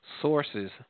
sources